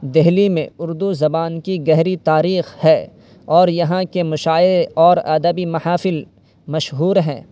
دہلی میں اردو زبان کی گہری تاریخ ہے اور یہاں کے مشاعرے اور ادبی محافل مشہور ہیں